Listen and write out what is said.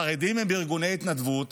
החרדים הם בארגוני התנדבות,